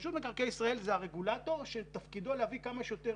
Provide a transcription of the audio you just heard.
רשות מקרקעי ישראל זה הרגולטור שתפקידו להביא כמה שיותר